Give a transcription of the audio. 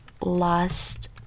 last